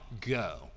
go